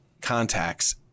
contacts